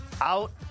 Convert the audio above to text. out